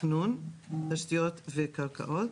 תכנון תשתיות וקרקעות,